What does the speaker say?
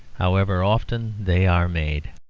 however often they are made.